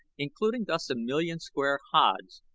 including thus a million square haads,